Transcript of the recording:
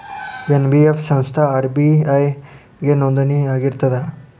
NBF ಸಂಸ್ಥಾ RBI ಗೆ ನೋಂದಣಿ ಆಗಿರ್ತದಾ?